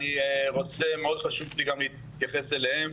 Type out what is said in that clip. ומאוד חשוב לי גם להתייחס אליהם.